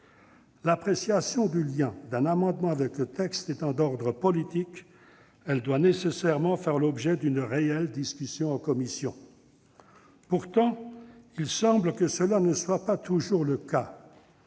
L'appréciation du lien d'un amendement avec le texte étant d'ordre politique, elle doit nécessairement faire l'objet d'une réelle discussion en commission. Pourtant, il semble que cela ne soit pas toujours le cas.